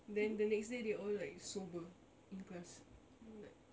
then the next day they all like sober in class then like